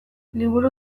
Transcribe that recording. liburu